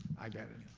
i got it. yeah.